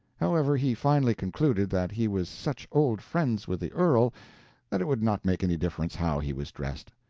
however, he finally concluded that he was such old friends with the earl that it would not make any difference how he was dressed.